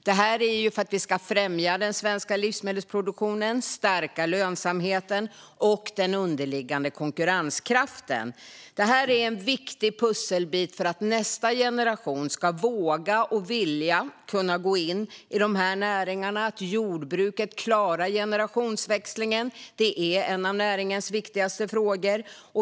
Det är för att vi ska främja den svenska livsmedelsproduktionen och stärka lönsamheten och den underliggande konkurrenskraften. Det är en viktig pusselbit för att nästa generation ska våga och vilja gå in i dessa näringar. Att jordbruket klarar generationsväxlingen är en av näringens viktigaste frågor.